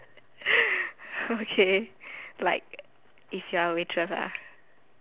okay like if you are a waitress lah